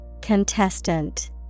Contestant